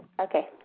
Okay